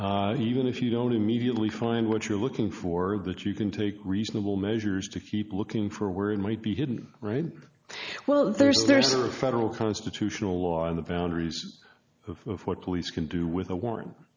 even if you don't immediately find what you're looking for that you can take reasonable measures to keep looking for where it might be hidden right well there's there's a federal constitutional law on the boundaries of what police can do with a warrant